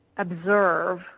observe